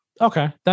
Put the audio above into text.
Okay